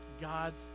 God's